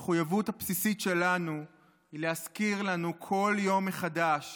המחויבות הבסיסית שלנו היא להזכיר לנו כל יום מחדש